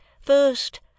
first